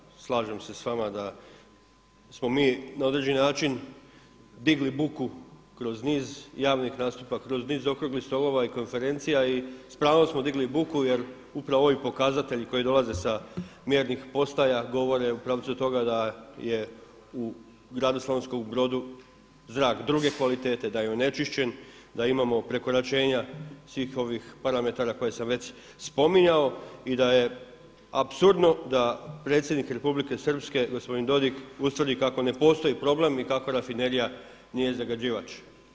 Kolegice, slažem se s vama da smo mi na određeni način digli buku kroz niz javnih nastupa, kroz niz okruglih stolova i konferencija i s pravom smo digli buku jer upravo ovi pokazatelji koji dolaze sa mjernih postaja govore u pravcu toga da je u gradu Slavonskom Brodu zrak druge kvalitete, da je onečišćen, da imamo prekoračenja svih ovih parametara koje sam već spominjao i da je apsurdno da predsjednik Republike Srpske gospodin Dodig, ustvari kako ne postoji problem i kako rafinerija nije zagađivač.